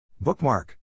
Bookmark